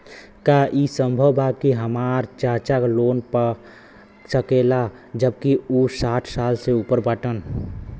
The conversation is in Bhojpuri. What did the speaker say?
का ई संभव बा कि हमार चाचा लोन पा सकेला जबकि उ साठ साल से ऊपर बाटन?